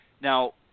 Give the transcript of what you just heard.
Now